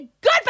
good